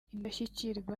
indashyikirwa